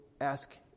ask